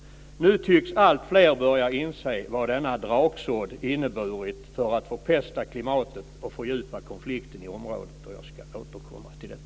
Nu tycks alltfler börja inse vad denna draksådd inneburit för att förpesta klimatet och fördjupa konflikten i området.